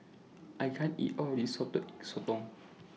I can't eat All of This Salted Egg Sotong